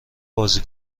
بازی